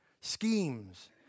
schemes